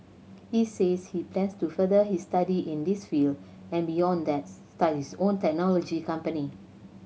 he says he plans to further his study in this field and beyond that start his own technology company